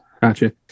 Gotcha